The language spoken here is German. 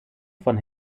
von